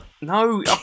No